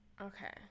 Okay